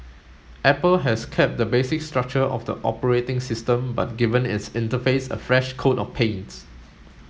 Apple has kept the basic structure of the operating system but given its interface a fresh coat of paint